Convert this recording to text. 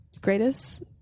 greatest